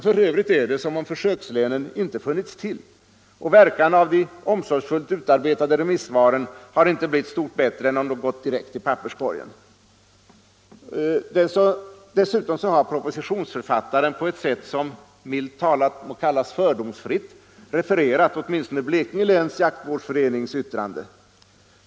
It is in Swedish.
F. ö. är det som om försökslänen inte funnits till, och verkan av de omsorgsfullt utarbetade remissvaren har inte blivit stort bättre än om de gått direkt till papperkorgen. Dessutom har propositionsförfattaren på ett sätt, som milt talat må kallas fördomsfritt, refererat åtminstone Blekinge läns jaktvårdsförenings yttrande.